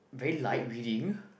very light reading